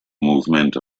movement